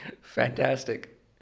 Fantastic